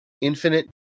infinite